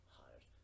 hired